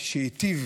היטיבו